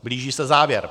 Blíží se závěr.